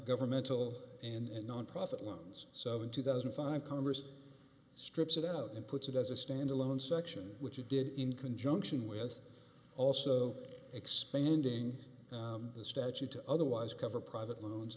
governmental and nonprofit loans so in two thousand and five congress strips it out and puts it as a standalone section which we did in conjunction with also expanding the statute to otherwise cover private loans